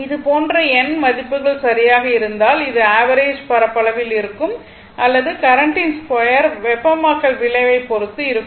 இதுபோன்ற n மதிப்புகள் சரியாக இருந்தால் அது ஆவரேஜ் பரப்பளவில் இருக்கும் அல்லது கரண்டின் ஸ்கொயர் வெப்பமாக்கல் விளைவைப் பொறுத்து இருக்கும்